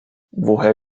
woher